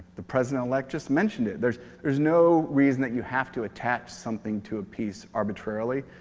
the president-elect just mentioned it. there's there's no reason that you have to attach something to a piece arbitrarily.